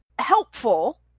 helpful